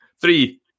Three